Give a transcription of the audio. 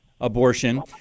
Abortion